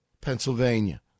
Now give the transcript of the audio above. Pennsylvania